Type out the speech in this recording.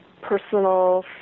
personal